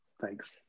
Thanks